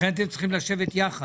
לכן אתם צריכים לשבת יחד.